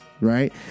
right